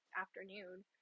afternoon